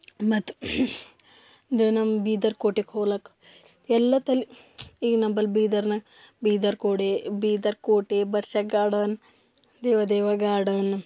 ಮತ್ತು ದ ನಮ್ಮ ಬೀದರ್ ಕೋಟೆಗೆ ಹೋಲಾಕ್ಕೆ ಎಲ್ಲ ತಲಿ ಈಗ ನಂಬಲ್ಲಿ ಬೀದರ್ನಾಗ ಬೀದರ್ ಕೋಡೆ ಬೀದರ್ ಕೋಟೆ ಬರ್ಷಕ ಗಾರ್ಡನ್ ದೇವ ದೇವ ಗಾರ್ಡನ್